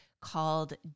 called